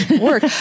work